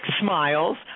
smiles